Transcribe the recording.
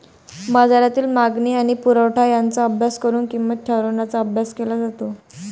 बाजारातील मागणी आणि पुरवठा यांचा अभ्यास करून किंमत ठरवण्याचा अभ्यास केला जातो